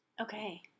Okay